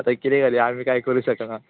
आतां किदें करया आमी कांय करूं शकना